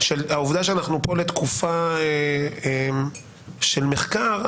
הזה העובדה שאנחנו כאן לתקופה של מחקר,